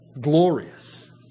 glorious